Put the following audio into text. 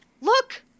Look